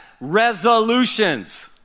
resolutions